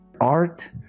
Art